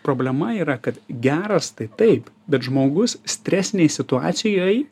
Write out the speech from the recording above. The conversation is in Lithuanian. problema yra kad geras tai taip bet žmogus stresinėj situacijoj